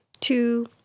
two